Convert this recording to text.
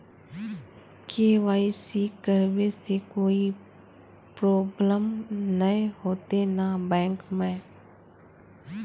KYC करबे से कोई प्रॉब्लम नय होते न बैंक में?